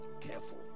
careful